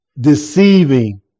deceiving